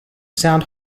sound